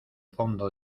fondo